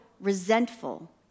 resentful